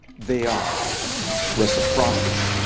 they are reciprocity,